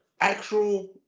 actual